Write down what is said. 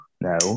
no